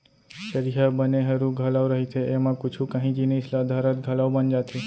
चरिहा बने हरू घलौ रहिथे, एमा कुछु कांही जिनिस ल धरत घलौ बन जाथे